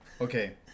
Okay